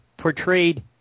portrayed